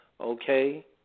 Okay